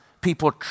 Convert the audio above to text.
people